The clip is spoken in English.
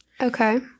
Okay